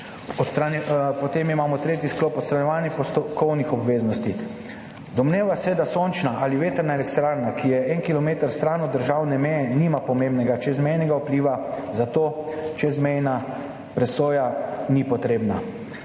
Potem imamo tretji sklop, odstranjevanje postopkovnih obveznosti. Domneva se, da sončna ali vetrna elektrarna, ki je en kilometer stran od državne meje, nima pomembnega čezmejnega vpliva, zato čezmejna presoja ni potrebna.